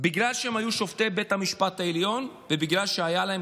בגלל שהם היו שופטי בית המשפט העליון ובגלל שהיה להם